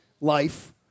life